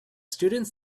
students